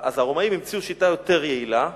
הרומאים המציאו שיטה יותר יעילה: